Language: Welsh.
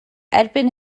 erbyn